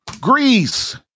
Greece